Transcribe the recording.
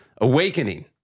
awakening